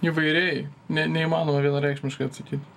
įvairiai ne neįmanoma vienareikšmiškai atsakyt